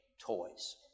toys